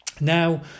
Now